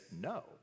no